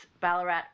Ballarat